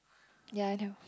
ya I know